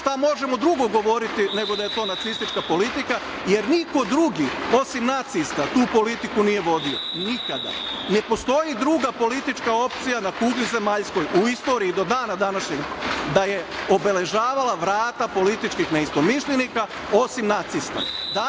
itd. Šta možemo drugo govoriti nego da je to nacistička politika, jer niko drugi osim nacista tu politiku nije vodio. Nikada. Ne postoji druga politička opcija na kugli zemaljskoj u istoriji do dana današnjeg da je obeležavala vrata političkih neistomišljenika osim nacista.